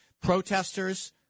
protesters